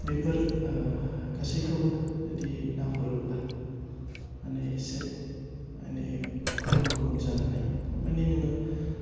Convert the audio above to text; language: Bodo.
बेफोर गासैखौबो जुदि नाहरोब्ला माने इसे माने गुबुन गुबुन जानो हायो थारमाने नोङो